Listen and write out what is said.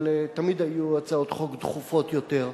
אבל תמיד היו הצעות חוק דחופות יותר,